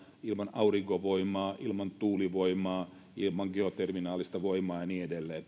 ilman aurinkovoimaa ilman tuulivoimaa ilman geotermistä voimaa ja niin edelleen